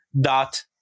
dot